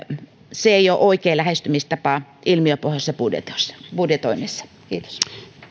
se ei ole oikea lähestymistapa ilmiöpohjaisessa budjetoinnissa kiitos